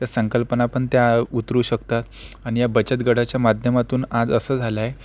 संकल्पना पण त्या उतरू शकतात आणि या बचत गटाच्या माध्यमातून आज असं झालं आहे